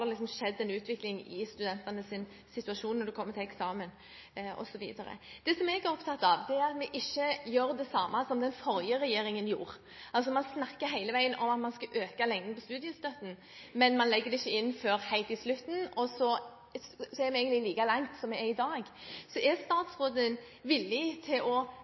skjedd en utvikling i studentenes situasjon når det kommer til eksamen osv. Det jeg er opptatt av, er at vi ikke gjør det samme som den forrige regjeringen – altså at vi hele veien snakker om at vi skal øke lengden på studiestøtten, men at vi ikke legger det inn før helt til slutt, og så er vi egentlig like langt som vi er i dag. Så er statsråden allerede nå i denne perioden villig til å